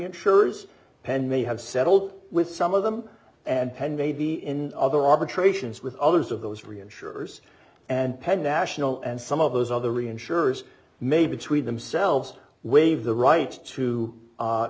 insurers penn may have settled with some of them and penn may be in other arbitrations with others of those reinsurers and penn national and some of those other reinsurers may between themselves waive the right to